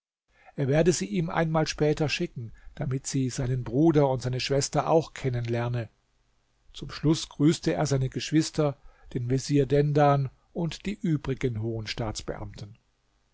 er werde sie ihm einmal später schicken damit sie seinen bruder und seine schwester auch kennenlerne zum schluß grüßte er seine geschwister den vezier dendan und die übrigen hohen staatsbeamten